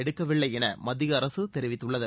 எடுக்கவில்லை என மத்திய அரசு தெரிவித்துள்ளது